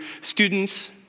students